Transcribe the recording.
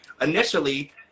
Initially